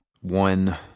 one